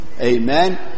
Amen